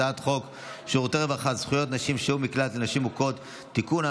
הצעת חוק שירותי רווחה (זכויות נשים ששהו במקלט לנשים מוכות) (תיקון,